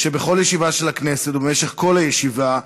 ש"בכל ישיבה של הכנסת ובמשך כל הישיבה,